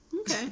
okay